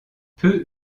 peu